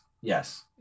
Yes